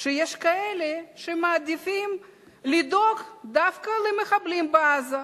שיש כאלה שמעדיפים לדאוג דווקא למחבלים בעזה.